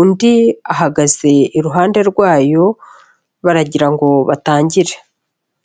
undi ahagaze iruhande rwayo, baragira ngo batangire.